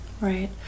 Right